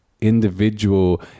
individual